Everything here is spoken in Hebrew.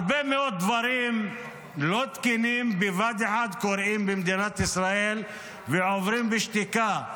הרבה מאוד דברים לא תקינים קורים בבת אחת במדינת ישראל ועוברים בשתיקה.